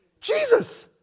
Jesus